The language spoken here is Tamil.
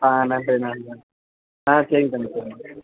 ஆ நன்றி நன்றி ஆ சரிங்க தம்பி சரிங்க